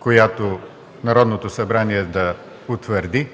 която Народното събрание да утвърди